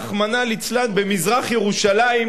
רחמנא ליצלן, במזרח-ירושלים,